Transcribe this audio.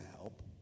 help